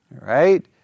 right